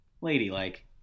Ladylike